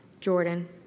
Jordan